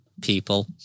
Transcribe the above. people